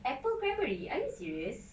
apple cranberry are you serious